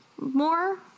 more